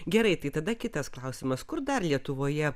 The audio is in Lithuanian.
gerai tai tada kitas klausimas kur dar lietuvoje